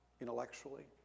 intellectually